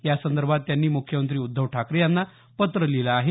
यासंदर्भात त्यांनी मुख्यमंत्री उद्धव ठाकरे यांना पत्र लिहीलं आहे